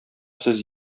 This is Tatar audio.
сез